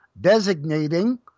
designating